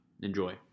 Enjoy